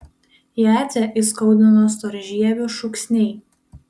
jadzę įskaudino storžievių šūksniai